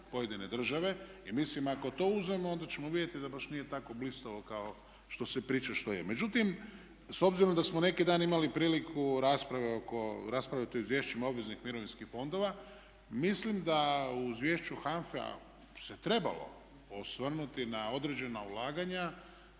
pojedine države. Mislim ako to uzmemo onda ćemo vidjeti da baš nije tako blistavo kao što se priča što je. Međutim, s obzirom da smo neki dan imali priliku raspravljati o izvješćima obveznih mirovinskih fondova mislim da u izvješću HANFA-e se trebalo osvrnuti na određena ulaganja